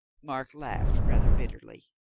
mark laughed rather bitterly.